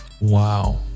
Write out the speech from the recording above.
Wow